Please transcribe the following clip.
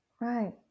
Right